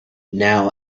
now